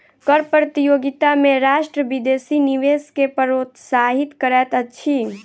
कर प्रतियोगिता में राष्ट्र विदेशी निवेश के प्रोत्साहित करैत अछि